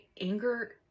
Anger